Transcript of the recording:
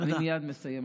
כן.